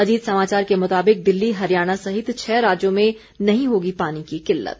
अजीत समाचार के मुताबिक दिल्ली हरियाणा सहित छह राज्यों में नहीं होगी पानी की किल्लत